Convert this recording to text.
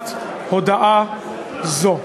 מסירת הודעה זו.